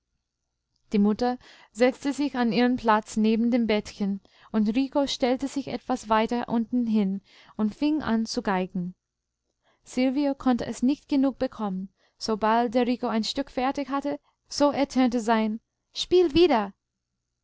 die mutter setzte sich an ihren platz neben dem bettchen und rico stellte sich etwas weiter unten hin und fing an zu geigen silvio konnte es nicht genug bekommen sobald der rico ein stück fertig hatte so ertönte sein spiel wieder